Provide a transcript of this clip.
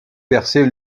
percées